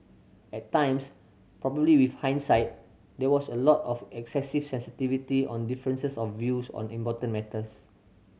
at times probably with hindsight there was a lot of excessive sensitivity on differences of views on important matters